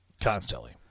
Constantly